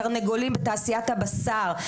תרנגולים בתעשיית הבשר,